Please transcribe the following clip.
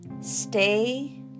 Stay